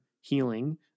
healing